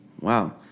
wow